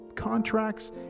contracts